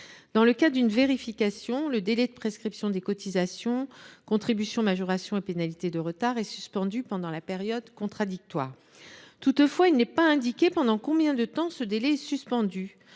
Dans le cas d’une vérification, le délai de prescription des cotisations, contributions, majorations et pénalités de retard est suspendu pendant la période contradictoire. Toutefois, il n’est pas indiqué pendant combien de temps ce délai est suspendu.